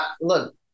Look